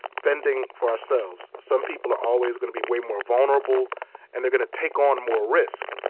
fending for ourselves, some people are always gonna be way more vulnerable and they're gonna take on more risk.